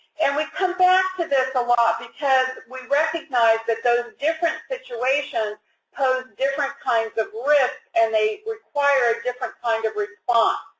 and we come back to this a lot because we recognize that those different situations pose different kinds of risks, and they require a different kind of response.